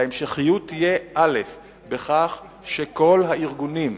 וההמשכיות תהיה בכך שכל הארגונים,